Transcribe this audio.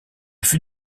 fut